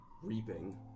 reaping